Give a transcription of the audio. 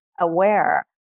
aware